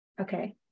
okay